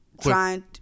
trying